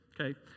okay